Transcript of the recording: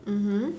mmhmm